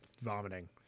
vomiting